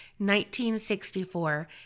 1964